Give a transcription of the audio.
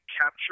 capture